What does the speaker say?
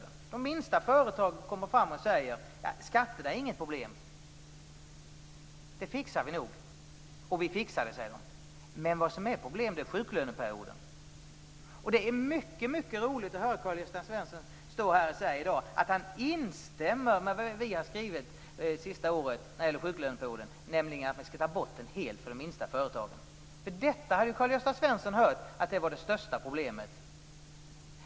Från de minsta företagen säger man: Skatterna är inget problem - dem fixar vi nog - utan problemet är sjuklöneperioden. Det är mycket roligt att höra Karl-Gösta Svenson i dag säga att han instämmer i det som vi har skrivit under det senaste året om sjuklöneperioden, nämligen att den skall avskaffas helt för de minsta företagen. Karl-Gösta Svenson har hört att detta är det största problemet.